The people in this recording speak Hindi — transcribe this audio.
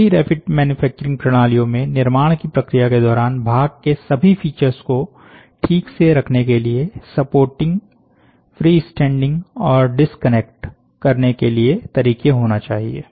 सभी रैपिड मैन्युफैक्चरिंग प्रणालियों में निर्माण की प्रक्रिया के दौरान भाग के सभी फीचर्स को ठीक से रखने के लिए सपोर्टिंग फ्रीस्टैंडिंग और डिस्कनेक्ट करने के लिए तरीके होना चाहिए